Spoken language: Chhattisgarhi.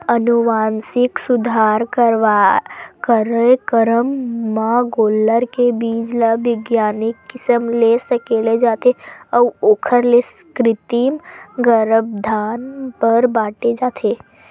अनुवांसिक सुधार कारयकरम म गोल्लर के बीज ल बिग्यानिक किसम ले सकेले जाथे अउ ओखर ले कृतिम गरभधान बर बांटे जाथे